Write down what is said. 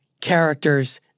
characters